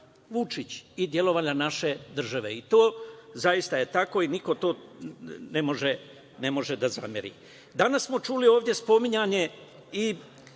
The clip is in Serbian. Vučić i delovanje naše države. To je zaista tako i niko to ne može da zameri. Danas smo čuli ovde spominjanje da